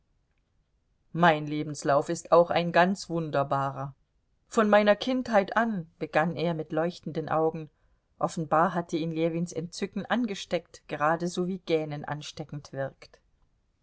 mein lebenslauf ist auch ein ganz wunderbarer von meiner kindheit an begann er mit leuchtenden augen offenbar hatte ihn ljewins entzücken angesteckt geradeso wie gähnen ansteckend wirkt